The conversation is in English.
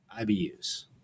IBUs